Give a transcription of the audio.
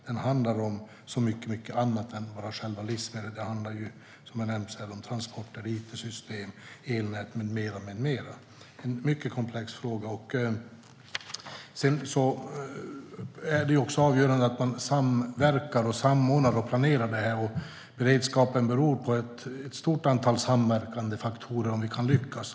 Den handlar om mycket annat än bara själva livsmedlet. Det handlar, som har nämnts, om transporter, it-system, elnät med mera. Det är också avgörande att man samverkar, samordnar och planerar det här. Beredskapen beror på ett stort antal samverkande faktorer om vi ska lyckas.